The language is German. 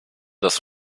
das